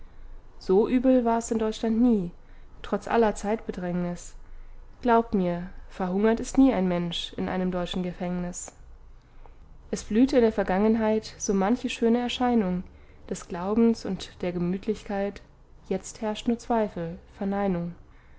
so übel war es in deutschland nie trotz aller zeitbedrängnis glaub mir verhungert ist nie ein mensch in einem deutschen gefängnis es blühte in der vergangenheit so manche schöne erscheinung des glaubens und der gemütlichkeit jetzt herrscht nur zweifel verneinung